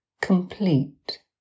complete